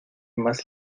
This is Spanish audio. más